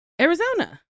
Arizona